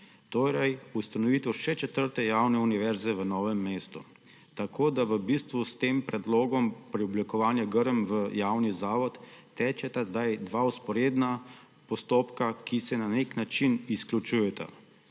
torej ustanovitev še četrte javne univerze v Novem mestu. Tako v bistvu s tem predlogom preoblikovanja Grm v javni zavod tečeta zdaj dva vzporedna postopka, ki se na nek način izključujeta,